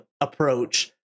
approach